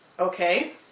okay